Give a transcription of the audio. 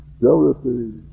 jealousy